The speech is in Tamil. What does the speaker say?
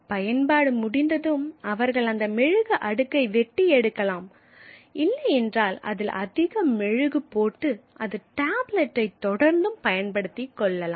பயன்பாடு முடிந்ததும் அவர்கள் அந்த மெழுகு அடுக்கை வெட்டி எடுக்கலாம் இல்லை என்றால் அதில் அதிக மெழுகு போட்டு அந்த டேப்லெட்டை தொடர்ந்தும் பயன்படுத்திக்கொள்ளலாம்